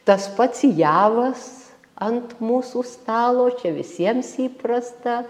tas pats javas ant mūsų stalo čia visiems įprasta